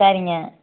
சரிங்க